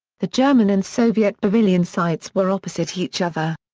the german and soviet pavilion sites were opposite each other.